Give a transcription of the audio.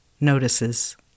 notices